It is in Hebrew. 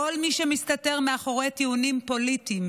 כל מי שמסתתר מאחורי טיעונים פוליטיים